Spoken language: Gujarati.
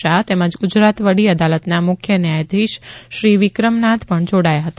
શાહ તેમજ ગુજરાત વડી અદાલતના મુખ્ય ન્યાયધીશશ્રી વિક્રમનાથ પણ જોડાથા હતા